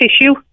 issue